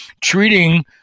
treating